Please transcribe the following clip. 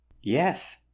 Yes